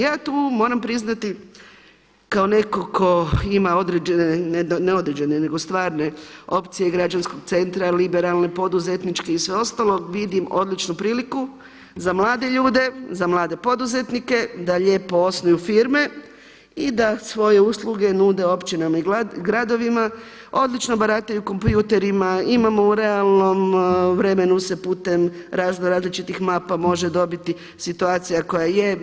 Ja tu moram priznati kao netko tko ima određene, ne određene nego stvarne opcije građanskog centra, liberalne, poduzetničke i sve ostalo vidim odličnu priliku za mlade ljude, za mlade poduzetnike da lijepo osnuju firme i da svoje usluge nude općinama i gradovima, odlično barataju kompjuterima, imamo u realnom vremenu se putem razno raznih mapa može dobiti situacija koja je.